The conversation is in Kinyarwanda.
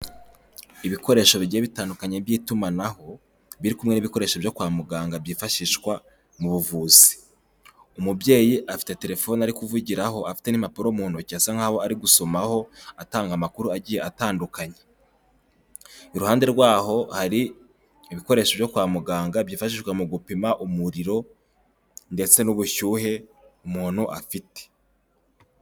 Ibikoresho bigiye bitandukanye by'itumanaho biri kumwe n'ibikoresho byo kwa muganga byifashishwa mu buvuzi. Umubyeyi afite telefone ari kuvugiraho afite n'impapuro mu ntoki asa nkaho ari gusomaho atanga amakuru agiye atandukanye. Iruhande rwaho hari ibikoresho byo kwa muganga byifashishwa mu gupima umuriro ndetse n'ubushyuhe umuntu afite.